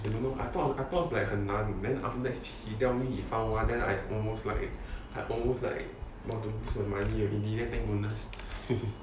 I don't know I thought I thought like 很难 then after he tell me found one then I almost like I almost like !wah! gonna lose my money already thank goodness